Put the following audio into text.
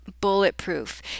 bulletproof